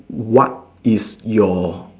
what if your